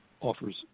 offers